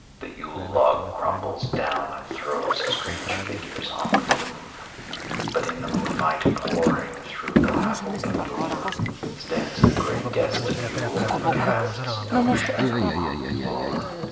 the yule log crumbles down and throws strange figures on the gloom but in the moonlight pouring through the half-open door stands the gray guest of yule and casts no shadow on the floor.